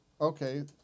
okay